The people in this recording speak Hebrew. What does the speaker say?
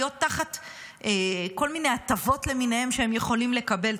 להיות תחת כל מיני הטבות למיניהן שהם יכולים לקבל.